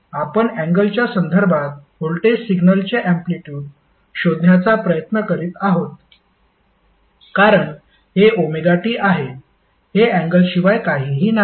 आपण अँगलच्या संदर्भात व्होल्टेज सिग्नलचे अँप्लिटयूड शोधण्याचा प्रयत्न करीत आहोत कारण हे ωt आहे हे अँगलशिवाय काहीही नाही